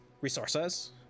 resources